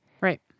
Right